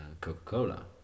coca-cola